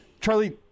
Charlie